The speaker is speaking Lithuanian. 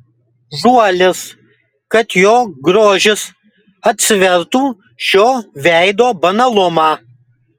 žuolis kad jo grožis atsvertų šio veido banalumą